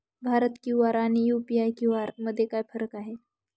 Bharat QR आणि UPI QR मध्ये काय फरक आहे?